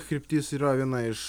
kryptis yra viena iš